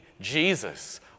Jesus